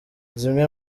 zimwe